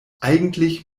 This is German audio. eigentlich